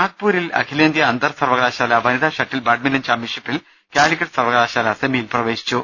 നാഗ്പൂരിൽ അഖിലേന്ത്യാ അന്തർസർവകലാശാല വനിതാ ഷട്ടിൽ ബാഡ്മിന്റൺ ചാംപൃൻഷിപ്പിൽ കാലിക്കറ്റ് സർവകലാശാല സെമിയിൽ പ്രവേശിച്ചു